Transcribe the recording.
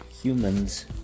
humans